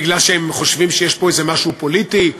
בגלל שהם חושבים שיש פה איזה משהו פוליטי?